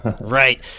Right